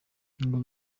ngo